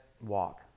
walk